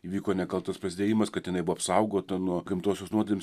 įvyko nekaltas prasidėjimas kad jinai buvo apsaugota nuo gimtosios nuodėmės